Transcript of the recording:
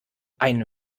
ein